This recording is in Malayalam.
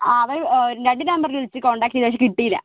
ആ അവർ രണ്ട് നമ്പറിൽ വിളിച്ച് കോൺടാക്ട് ചെയ്തു പക്ഷെ കിട്ടീല്ല